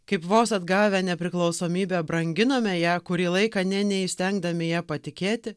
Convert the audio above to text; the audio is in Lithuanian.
kaip vos atgavę nepriklausomybę branginome ją kurį laiką nė neįstengdami ja patikėti